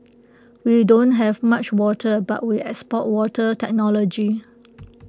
we don't have much water but we export water technology